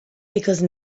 because